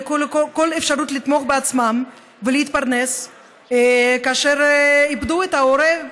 ללא כל אפשרות לתמוך בעצמם ולהתפרנס אחרי שאיבדו את ההורה,